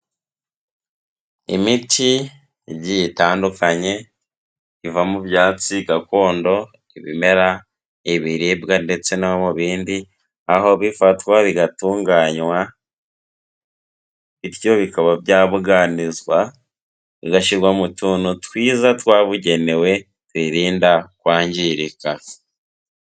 Imiti igiye itandukanye iva mu byatsi gakondo, ibimera, ibiribwa ndetse no mu bindi, aho bifatwa bigatunganywa bityo bikaba byabuganizwa bigashyirwa mu tuntu twiza twabugenewe tuyirinda kwangirika.